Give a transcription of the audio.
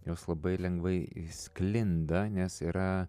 jos labai lengvai sklinda nes yra